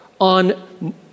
on